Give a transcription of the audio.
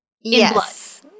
Yes